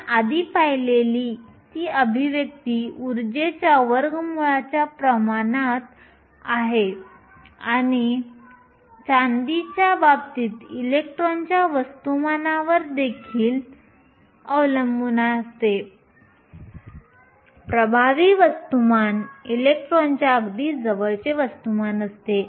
आपण आधी पाहिलेली ती अभिव्यक्ती ऊर्जेच्या वर्गमूळाच्या प्रमाणात आहे आणि चांदीच्या बाबतीत इलेक्ट्रॉनच्या वस्तुमानावर देखील अवलंबून असते प्रभावी वस्तुमान इलेक्ट्रॉनच्या अगदी जवळचे वस्तुमान असते